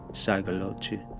psychology